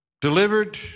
Delivered